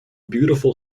beautiful